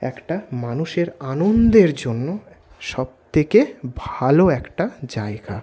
একটা মানুষের আনন্দের জন্য সব থেকে ভালো একটা জায়গা